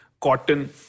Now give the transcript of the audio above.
cotton